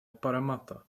parramatta